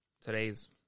today's